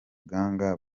gang